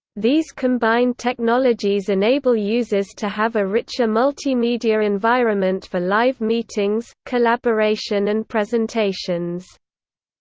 these combined technologies enable users to have a richer multimedia environment for live meetings, collaboration and presentations.